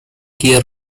gear